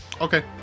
Okay